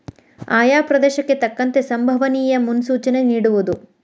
ಆಯಾ ಪ್ರದೇಶಕ್ಕೆ ತಕ್ಕಂತೆ ಸಂಬವನಿಯ ಮುನ್ಸೂಚನೆ ನಿಡುವುದು